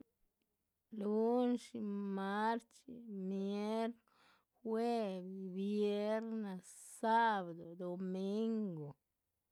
Lun´dxi, marchxí, miercu, juevi, vierna, sábdu, duminguh